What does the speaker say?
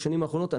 בשנים האחרונות,